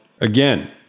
again